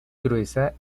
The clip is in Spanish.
gruesa